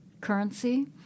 currency